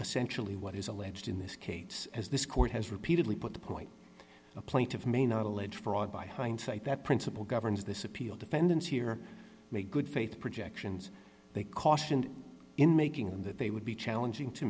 essentially what is alleged in this case as this court has repeatedly put the point a plaintive may not allege fraud by hindsight that principle governs this appeal defendants here made good faith projections they cautioned in making them that they would be challenging to